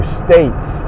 states